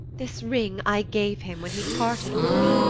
this ring i gave him, when he parted from me,